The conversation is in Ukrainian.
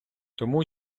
тому